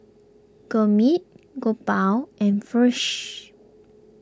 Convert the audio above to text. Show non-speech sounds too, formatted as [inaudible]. Gurmeet Gopal and [unintelligible]